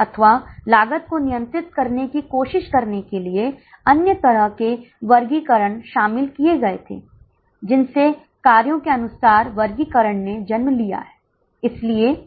निर्धारित लागत 29268 हो जाती है और जब आप 4 बसों के लिए जाते हैं तो निर्धारित लागत 35024 हो जाती है